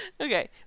okay